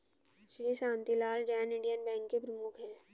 Shri Shantilal Jain Indian Bank के प्रमुख है